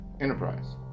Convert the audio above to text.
enterprise